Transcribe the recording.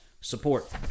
support